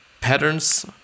patterns